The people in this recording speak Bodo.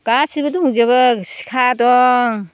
गासिबो दंजोबो सिखा दं